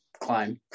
climb